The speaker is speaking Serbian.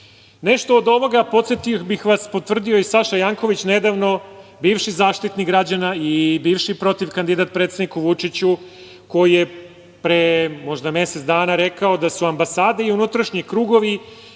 od ovoga, podsetio bih vas, potvrdio je i Saša Janković nedavno, bivši Zaštitnik građana i bivši protivkandidat predsedniku Vučiću, koji je pre možda mesec dana rekao da su ambasade i unutrašnji krugovi